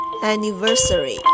anniversary